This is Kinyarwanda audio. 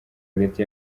hagati